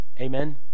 Amen